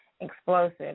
explosive